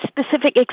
specific